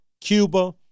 Cuba